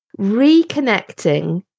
reconnecting